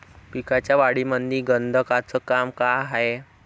पिकाच्या वाढीमंदी गंधकाचं का काम हाये?